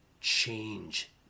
change